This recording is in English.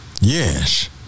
Yes